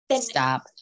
stop